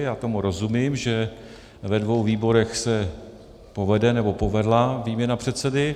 Já tomu rozumím, že ve dvou výborech se povede nebo povedla výměna předsedy.